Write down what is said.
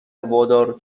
وادار